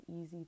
easy